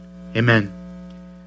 Amen